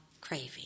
craving